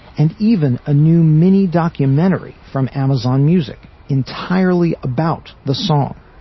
and even a new mini documentary from amazon music entirely about the song